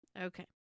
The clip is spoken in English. Okay